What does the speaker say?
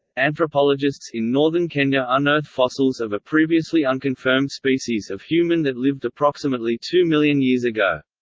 anthropologists in northern kenya unearth fossils of a previously unconfirmed species of human that lived approximately two million years ago.